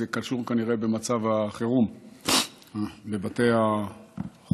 זה קשור, כנראה, למצב החירום בבתי החולים.